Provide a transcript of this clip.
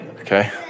okay